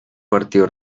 partido